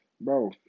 bro